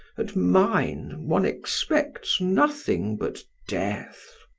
at mine, one expects nothing but death.